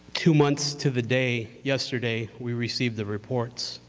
two months to the day yesterday, we received the reports,